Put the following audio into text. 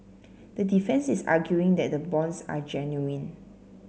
the defence is arguing that the bonds are genuine